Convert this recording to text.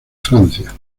francia